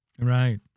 Right